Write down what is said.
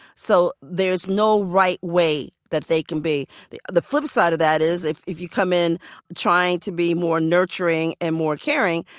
so there's no right way that they can be. the the flip side of that is if if you come in trying to be more nurturing and more caring,